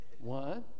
One